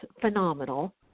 phenomenal